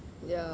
ya